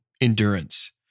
endurance